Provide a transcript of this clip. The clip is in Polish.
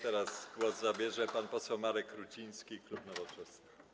Teraz głos zabierze pan poseł Marek Ruciński, klub Nowoczesna.